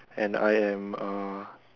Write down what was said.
and I am uh